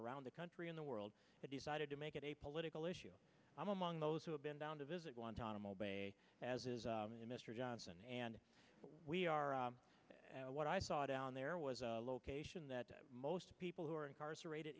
around the country in the world but decided to make it a political issue i'm among those who have been down to visit guantanamo bay as is mr johnson and we are what i saw down there was a location that most people who are incarcerated